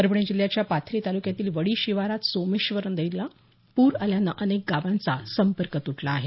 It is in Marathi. परभणी जिल्ह्याच्या पाथरी तालुक्यातील वडी शिवारात सोमेश्वर नदीला पूर आल्यानं अनेक गांवाचा संपर्क तुटला आहे